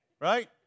Right